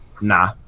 nah